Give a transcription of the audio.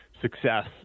success